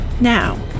now